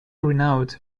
renowned